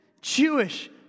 Jewish